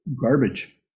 garbage